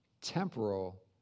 temporal